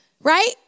right